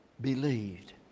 believed